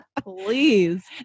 Please